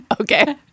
okay